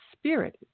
spirit